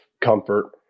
comfort